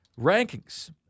rankings